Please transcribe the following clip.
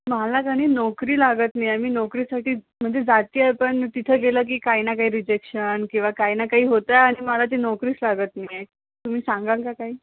मला काही नोकरी लागत नाही आहे मी नोकरीसाठी म्हणजे जाते आहे पण तिथं गेलं की काही ना काही रिजेक्शन किंवा काही ना काही होतं आहे आणि मला ती नोकरीच लागत नाही तुम्ही सांगाल काही